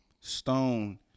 Stone